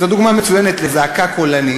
זאת דוגמה מצוינת לזעקה קולנית,